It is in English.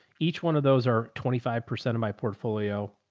each one of those are twenty five percent of my portfolio.